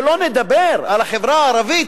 שלא לדבר על החברה הערבית,